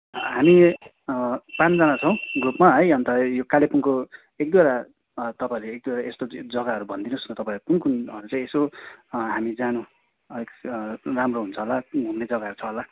हामी पाँचजाना छौँ ग्रुपमा है अन्त यो कालेबुङको एकदुईवटा तपाईँहरू एक दुईवटा यस्तो जग्गाहरू भनिदिनुहोस् न तपाईँहरू कुन कुन चाहिँ यसो हामी जानु अलिक राम्रो हुन्छ होला घुम्न जग्गाहरू छ होला